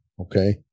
Okay